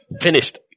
Finished